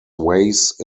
ways